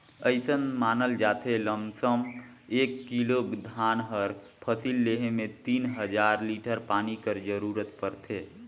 अइसन मानल जाथे लमसम एक किलो धान कर फसिल लेहे में तीन हजार लीटर पानी कर जरूरत परथे